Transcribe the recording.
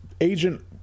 Agent